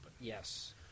Yes